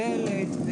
ומקבלת.